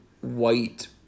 white